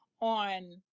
on